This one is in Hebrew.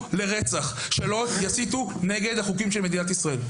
הסתה לרצח או כנגד החוקים של מדינת ישראל.